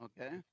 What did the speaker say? Okay